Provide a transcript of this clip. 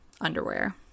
underwear